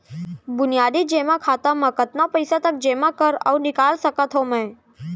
बुनियादी जेमा खाता म कतना पइसा तक जेमा कर अऊ निकाल सकत हो मैं?